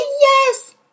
yes